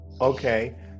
Okay